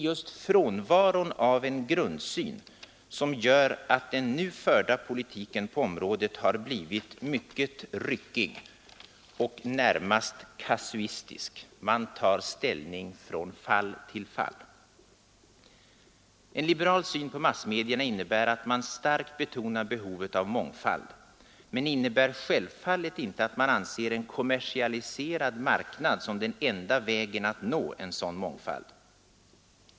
Just frånvaron av en grundsyn gör att den nu förda politiken på området har blivit mycket ryckig och närmast kasuistisk — man tar ställning från fall till fall. En liberal syn på massmedierna innebär att man starkt betonar behovet av mångfald, men innebär självfallet inte att man anser en kommersialiserad marknad som den enda vägen att nå en sådan mångfald.